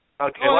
Okay